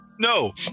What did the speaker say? No